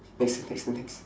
next question next